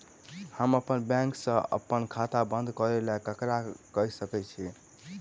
हम अप्पन बैंक सऽ अप्पन खाता बंद करै ला ककरा केह सकाई छी?